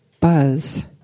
Buzz